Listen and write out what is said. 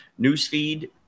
Newsfeed